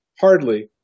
hardly